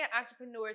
entrepreneurs